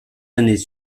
années